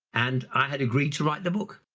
and i had agreed to write the book.